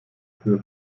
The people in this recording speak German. für